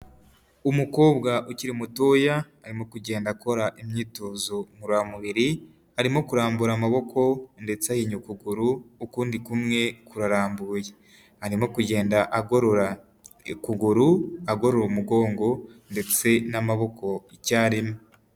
Umukobwa ukiri mutoya arimo kugenda akora imyitozo ngororamubiri arimo kurambura amaboko ndetse aya ukuguru, ukundi kumwe kurarambuye arimo kugenda agorora ukuguru agorora, umugongo, ndetse n'amaboko icyarimwe.